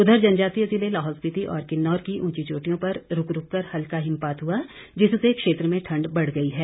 उधर जनजातीय ज़िले लाहौल स्पिति और किन्नौर की ऊंची चोटियों पर रूक रूक कर हल्का हिमपात हुआ जिससे क्षेत्र में ठंड बढ़ गई है